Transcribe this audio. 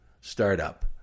startup